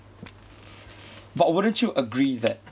but wouldn't you agree that